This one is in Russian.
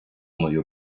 мое